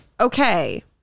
okay